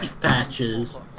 patches